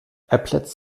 applets